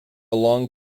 long